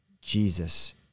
Jesus